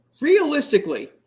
Realistically